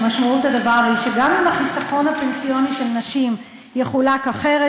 שמשמעות הדבר היא שגם אם החיסכון הפנסיוני של נשים יחולק אחרת,